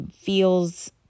feels